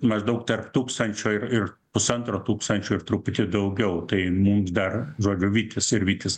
maždaug tarp tūkstančio ir ir pusantro tūkstančio ir truputį daugiau tai mums dar žodžiu vytis ir vytis